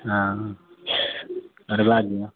हँ करबा दिअ